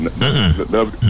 No